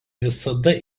visada